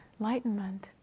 enlightenment